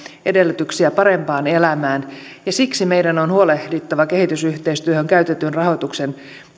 edellytyksiä parempaan elämään ja siksi meidän on huolehdittava kehitysyhteistyöhön käytetyn rahoituksen